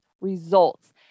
results